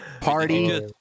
Party